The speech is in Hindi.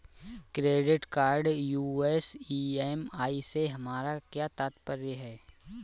क्रेडिट कार्ड यू.एस ई.एम.आई से हमारा क्या तात्पर्य है?